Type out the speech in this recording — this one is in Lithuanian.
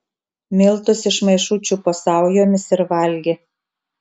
miltus iš maišų čiupo saujomis ir valgė